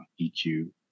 eq